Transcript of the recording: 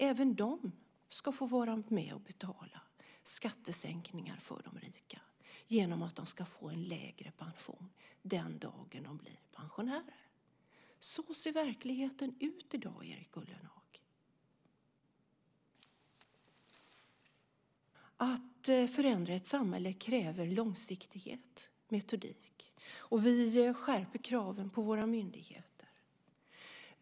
Även de ska få vara med och betala skattesänkningar för de rika genom att de ska få en lägre pension den dagen de blir pensionärer. Så ser verkligheten ut i dag, Erik Ullenhag. Att förändra ett samhälle kräver långsiktighet och metodik. Vi skärper kraven på våra myndigheter.